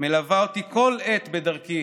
מלווה אותי כל עת בדרכי